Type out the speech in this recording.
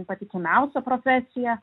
patikimiausia profesija